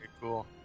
cool